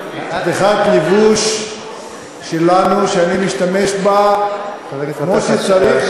כאפיה היא חתיכת לבוש שלנו שאני משתמש בה כמו שצריך,